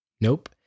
Nope